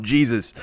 Jesus